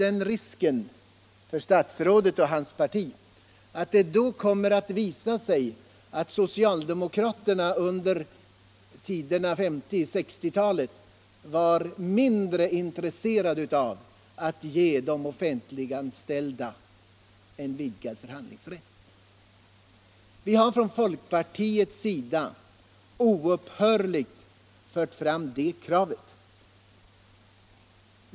Den risken kan dock finnas att det kommer att visa sig att socialdemokraterna under 1950 och 1960-talet var mindre intresserade än vi av att ge de offentliganställda en vidgad förhandlingsrätt. Vi har från folkpartiets sida oupphörligt fört fram det kravet.